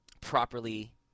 properly